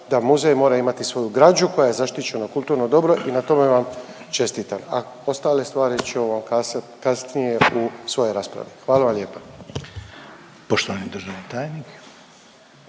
da muzej mora imati svoju građu koja je zaštićeno kulturno dobro i na tome vam čestitam, a ostale stvari ću vam kazat kasnije u svojoj raspravi. Hvala vam lijepa.